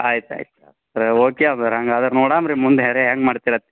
ಆಯ್ತು ಆಯಿತು ಸರಿ ಓಕೆ ಅದು ಹಂಗಾದ್ರೆ ನೋಡಣ್ರಿ ಮುಂದೆ ಅದೇ ಹೆಂಗೆ ಮಾಡ್ತೀರಿ